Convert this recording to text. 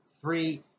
three